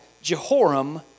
Jehoram